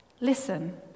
listen